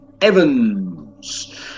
Evans